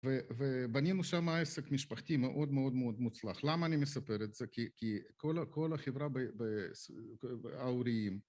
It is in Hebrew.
ובנינו שם עסק משפחתי מאוד מאוד מאוד מוצלח. למה אני מספר את זה? כי כל החברה האוריים...